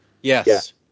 Yes